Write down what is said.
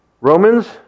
Romans